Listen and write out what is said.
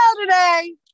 today